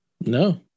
no